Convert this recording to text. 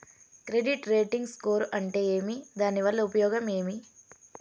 Credit rating score అంటే ఏమి దాని వల్ల ఉపయోగం ఏమి?